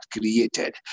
created